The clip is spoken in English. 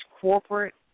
corporate